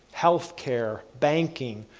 health care, banking,